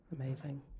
Amazing